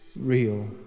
real